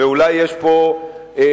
ואולי יש פה החרפה,